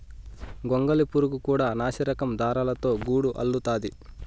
గొంగళి పురుగు కూడా నాసిరకం దారాలతో గూడు అల్లుతాది